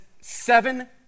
seven